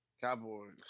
Cowboys